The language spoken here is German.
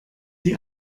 die